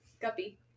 Guppy